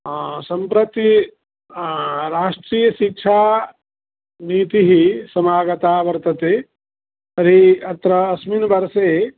सम्प्रति राष्ट्रीयशिक्षानीतिः समागता वर्तते तर्हि अत्र अस्मिन् वर्षे